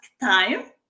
time